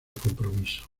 compromiso